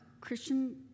Christian